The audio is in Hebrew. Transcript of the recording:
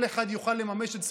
כל אחד יוכל לממש את זכותו,